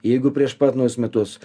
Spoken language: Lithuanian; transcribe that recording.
jeigu prieš pat naujus metus